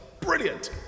Brilliant